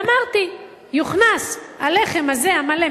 ואמרתי: יוכנס הלחם הזה המלא,